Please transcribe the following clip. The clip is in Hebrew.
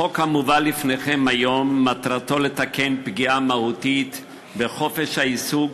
החוק המובא לפניכם היום מטרתו לתקן פגיעה מהותית בחופש העיסוק,